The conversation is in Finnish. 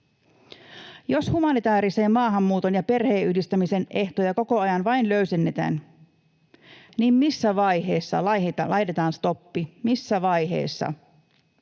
Jos humanitäärisen maahanmuuton ja perheenyhdistämisen ehtoja koko ajan vain löysennetään, niin missä vaiheessa laitetaan stoppi? Missä vaiheessa?